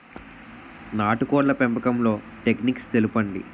నాటుకోడ్ల పెంపకంలో టెక్నిక్స్ తెలుపండి?